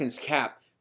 cap